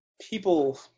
people